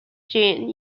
gene